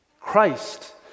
Christ